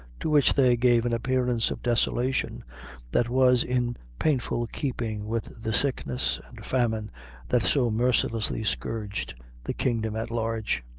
to which they gave an appearance of desolation that was in painful keeping with the sickness and famine that so mercilessly scourged the kingdom at large.